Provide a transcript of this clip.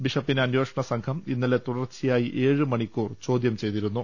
ബിഷപ്പിനെ അന്വേഷണ സംഘം ഇന്നലെ തുടർച്ചയായി ഏഴ് മണി ക്കൂർ ചോദ്യം ചെയ്തിരുന്നു